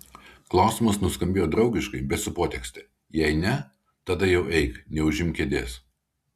klausimas nuskambėjo draugiškai bet su potekste jei ne tada jau eik neužimk kėdės